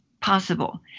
possible